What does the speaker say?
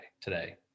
today